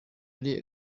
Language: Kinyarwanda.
ari